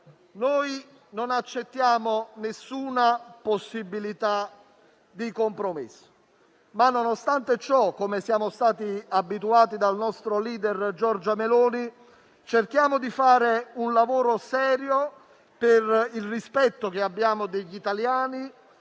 Noi non accettiamo nessuna possibilità di compromesso. Nonostante ciò, come siamo stati abituati dal nostro *leader* Giorgia Meloni, cerchiamo di fare un lavoro serio per il rispetto che abbiamo degli italiani